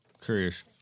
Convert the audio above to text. Curious